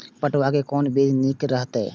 पटुआ के कोन बीज निक रहैत?